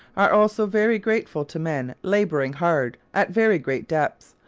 are also very grateful to men labouring hard at very great depths,